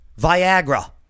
Viagra